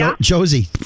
Josie